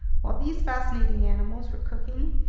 while these fascinating animals were cooking,